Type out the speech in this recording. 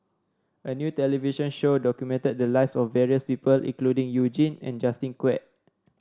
a new television show documented the lives of various people including You Jin and Justin Quek